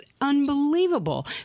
unbelievable